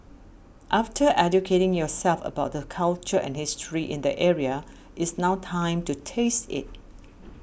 after educating yourself about the culture and history in the area it's now time to taste it